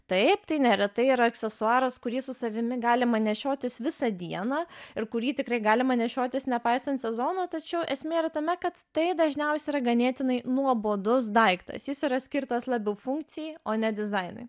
taip tai neretai yra aksesuaras kurį su savimi galima nešiotis visą dieną ir kurį tikrai galima nešiotis nepaisant sezono tačiau esmė yra tame kad tai dažniausiai yra ganėtinai nuobodus daiktas jis yra skirtas labiau funkcijai o ne dizainui